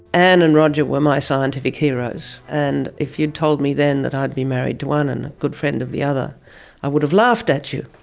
and and roger were my scientific heroes, and if you'd told me then that i'd be married to one and a good friend of the other i would have laughed at you.